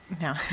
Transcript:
No